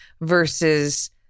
versus